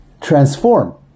transform